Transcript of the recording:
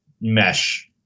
mesh